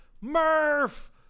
Murph